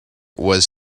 was